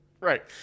Right